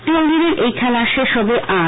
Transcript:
তিনদিনের এই খেলা শেষ হবে আজ